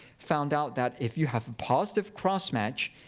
found out that, if you have a positive crossmatch,